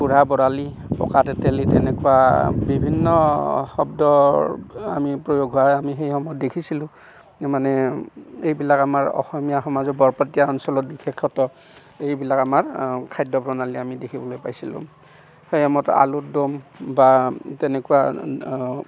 বুঢ়া বৰালি পকা তেতেলি তেনেকুৱা বিভিন্ন শব্দৰ আমি প্ৰয়োগ হোৱা আমি সেই সময়ত দেখিছিলোঁ মানে এইবিলাক আমাৰ অসমীয়া সমাজত বৰপেটীয়া অঞ্চলত বিশেষত্ব এইবিলাক আমাৰ খাদ্য প্ৰণালী আমি দেখিবলৈ পাইছিলোঁ সেই সময়ত আলু দম বা তেনেকুৱা